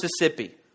Mississippi